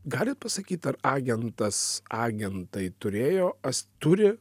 galit pasakyt ar agentas agentai turėjo turi